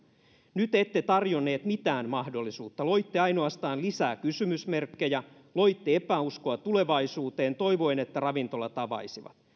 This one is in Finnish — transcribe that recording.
nyt ette tarjonneet mitään mahdollisuutta loitte ainoastaan lisää kysymysmerkkejä loitte epäuskoa tulevaisuuteen toivoen että ravintolat avaisivat